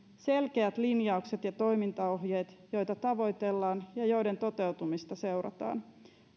selkeät linjaukset ja toimintaohjeet joita tavoitellaan ja joiden toteutumista seurataan